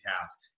task